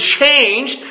changed